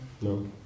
no